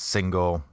Single